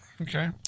Okay